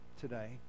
today